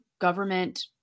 government